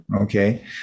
okay